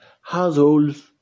Households